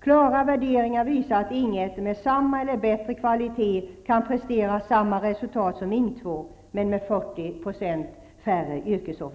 Klara utvärderingar visar att Ing 1 med samma eller bättre kvalitet kan prestera samma resultat som Ing 2 men med 40 %